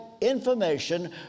information